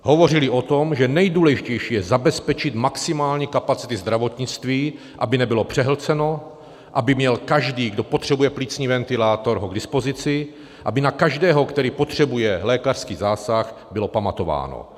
Hovořili o tom, že nejdůležitější je zabezpečit maximálně kapacity zdravotnictví, aby nebylo přehlceno, aby měl každý, kdo potřebuje plicní ventilátor, ho k dispozici, aby na každého, který potřebuje lékařský zásah, bylo pamatováno.